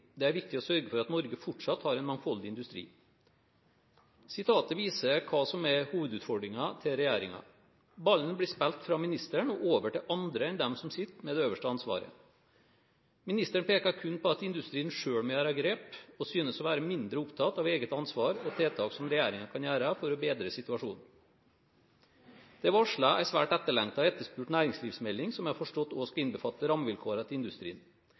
Det er viktig å sørge for at Norge fortsatt har en mangfoldig industri.» Sitatet viser hva som er hovedutfordringen til regjeringen. Ballen blir spilt fra ministeren og over til andre enn dem som sitter med det øverste ansvaret. Ministeren peker kun på at industrien selv må ta grep, og synes å være mindre opptatt av eget ansvar og tiltak som regjeringen kan gjøre for å bedre situasjonen. Det er varslet en svært etterlengtet og etterspurt næringslivsmelding som jeg har forstått også skal innbefatte rammevilkårene til industrien.